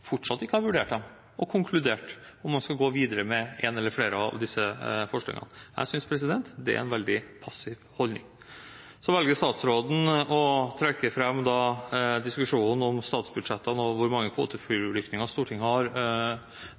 ikke har vurdert dem og konkludert om man skal gå videre med et eller flere av disse forslagene. Jeg synes det er en veldig passiv holdning. Så velger statsråden å trekke fram diskusjonen om statsbudsjettene og hvor mange kvoteflyktninger Stortinget har prioritert på ulike tidspunkt. Den debatten har vi hatt før. Det har